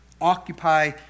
occupy